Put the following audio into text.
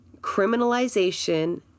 criminalization